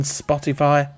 spotify